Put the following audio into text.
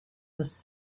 was